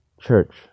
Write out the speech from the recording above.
Church